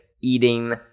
eating